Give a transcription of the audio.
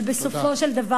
אבל בסופו של דבר,